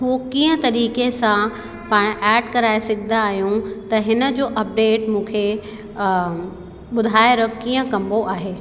हू कीअं तरीक़े सां ऐड कराए सघंदा आहियूं त हिन जो अपडेट मूंखे ॿुधाए रख कीअं कबो आहे